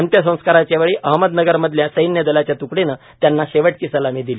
अंत्यसंस्काराच्या वेळी अहमदनगरमधल्या सैन्य दलाच्या त्कडीनं त्यांना शेवटची सलामी दिली